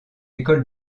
école